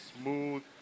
smooth